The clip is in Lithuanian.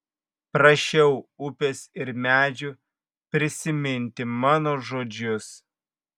prašiau upės ir medžių prisiminti mano žodžius